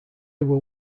were